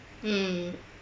mm